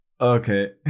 okay